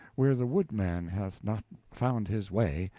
where the woodman hath not found his way,